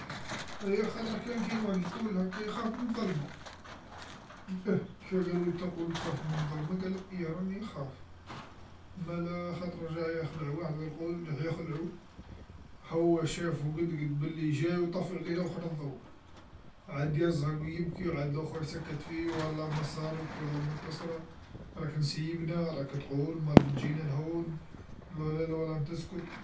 أيا خطرا كان كاين وحد القول هاكا يخاف مالظلما، أه كيفاه قالولو أنت قول تخاف مالظلما؟ قاولهم إيه راني نخاف، مالا خطرا جايا خلع واحد القول راح يخلعو هو شافو قد قد بلي جاي و يطفي عليه لاخر الضو، عاد قازر و يبكي و عاد لاخر يسكت فيه و الله ما صارت و الله متصرا، راك نسيبنا راك تقول موالف تجينا لهون تسكت.